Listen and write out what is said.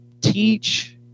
teach